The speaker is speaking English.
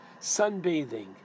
Sunbathing